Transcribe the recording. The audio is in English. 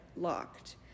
locked